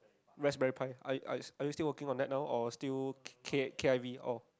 raspberry pie are are are you still working on that now or still K k_i_v all